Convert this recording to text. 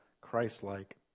Christ-like